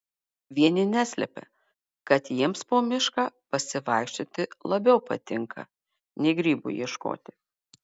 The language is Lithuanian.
vieni neslepia kad jiems po mišką pasivaikščioti labiau patinka nei grybų ieškoti